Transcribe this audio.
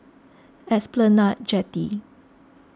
Esplanade Jetty